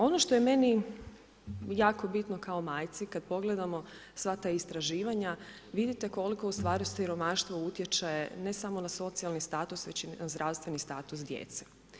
Ono što je meni jako bitno kao majci kad pogledamo sva ta istraživanja, vidite koliko ustvari siromaštvo utječe, ne samo na socijalni status, već i na zdravstveni status djece.